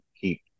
keep